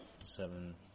seven